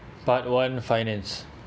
part one finance